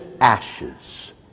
ashes